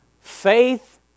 Faith